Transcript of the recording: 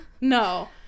No